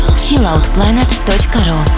chilloutplanet.ru